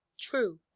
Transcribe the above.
true